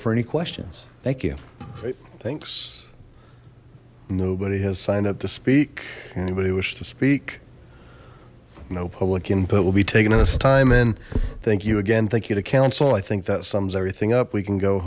for any questions thank you okay thanks nobody has signed up to speak anybody wish to speak no public input will be taken at this time and thank you again thank you to council i think that sums everything up we can go